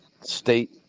state